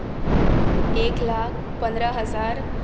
एक लाख पंदरा हजार